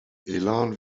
elan